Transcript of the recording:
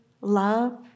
love